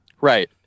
Right